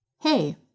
Hey